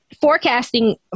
Forecasting